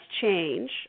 change